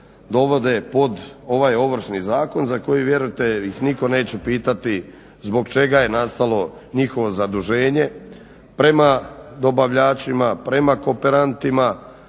dovode pod ovaj Ovršni zakon za koji vjerujte ih nitko neće pitati zbog čega je nastalo njihovo zaduženje prema dobavljačima, prema kooperantima.